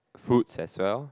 fruits as well